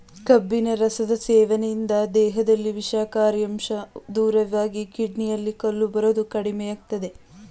ಕಬ್ಬಿನ ರಸದ ಸೇವನೆಯಿಂದ ದೇಹದಲ್ಲಿ ವಿಷಕಾರಿ ಅಂಶ ದೂರವಾಗಿ ಕಿಡ್ನಿಯಲ್ಲಿ ಕಲ್ಲು ಬರೋದು ಕಡಿಮೆಯಾಗ್ತದೆ